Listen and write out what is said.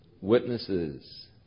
Witnesses